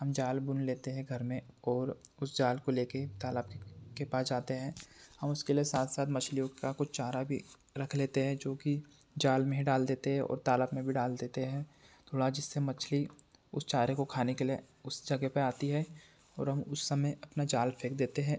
हम जाल बुन लेते हैं घर में और उस जाल को ले कर तालाब के पास जाते हैं हम उसके लिए साथ साथ मछलियों का कुछ चारा भी रख लेते हैं जो कि जाल में ही डाल देते हैं और तालाब में भी डाल देते हैं थोड़ा जिससे मछली उस चारे को खाने के लिए उस जगह पर आती है और हम उस समय अपना जाल फेंक देते हैं